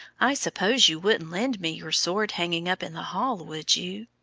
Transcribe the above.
i suppose you wouldn't lend me your sword hanging up in the hall, would you?